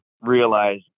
realize